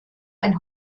ein